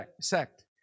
sect